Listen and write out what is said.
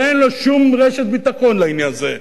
ואין לו שום רשת ביטחון לעניין הזה,